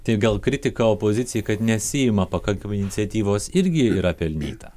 tai gal kritika opozicijai kad nesiima pakankamai iniciatyvos irgi yra pelnyta